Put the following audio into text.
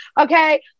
Okay